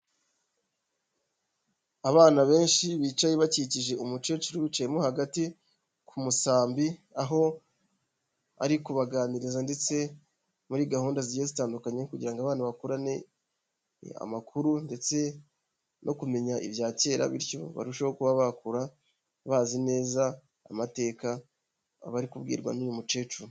Abana benshi bicaye bakikije umukecuru ubicayemo hagati, ku musambi, aho ari kubaganiriza ndetse muri gahunda zigiye zitandukanye, kugira ngo abana bakurane amakuru ndetse no kumenya ibya kera, bityo barusheho kuba bakura bazi neza amateka bari kubwirwa n'uyu mukecuru.